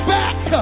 back